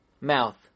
mouth